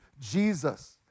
Jesus